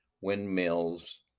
windmills